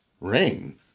ring